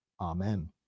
Amen